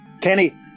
Kenny